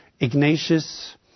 Ignatius